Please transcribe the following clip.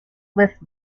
list